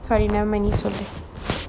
sorry never mind it's alright